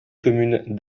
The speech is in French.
communes